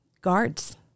guards